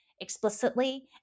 explicitly